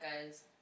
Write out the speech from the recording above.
guys